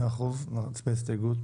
נצביע על ההסתייגות.